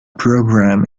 program